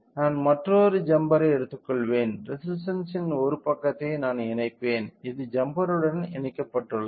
நான் மற்றொரு ஜம்பரை எடுத்துக்கொள்வேன் ரெசிஸ்டன்ஸ்ன் ஒரு பக்கத்தை நான் இணைப்பேன் இது ஜம்பருடன் இணைக்கப்பட்டுள்ளது